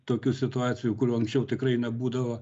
tokių situacijų kurių anksčiau tikrai nebūdavo